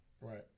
Right